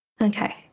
Okay